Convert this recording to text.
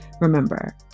remember